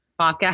podcast